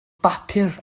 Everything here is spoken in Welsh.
bapur